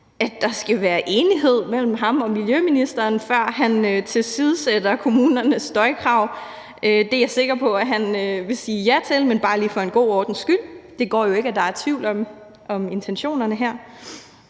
at der skal være enighed mellem ham og miljøministeren, før han tilsidesætter kommunernes støjkrav. Det er jeg sikker på han vil sige ja til, men bare lige for god ordens skyld vil jeg bede ham om at bekræfte det. Det går jo ikke, at der er tvivl om intentionerne her.